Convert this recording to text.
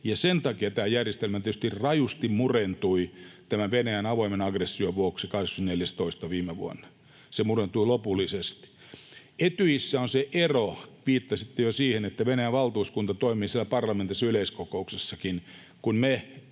sen takia tämä järjestelmä tietysti rajusti murentui Venäjän avoimen aggression vuoksi 24.2. viime vuonna. Se murentui lopullisesti. Etyjissä on se ero — viittasitte jo siihen — että Venäjän valtuuskunta toimii siellä parlamentaarisessa yleiskokouksessakin, kun me